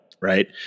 right